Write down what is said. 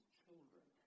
children